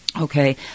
okay